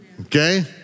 okay